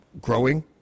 growing